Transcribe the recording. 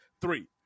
three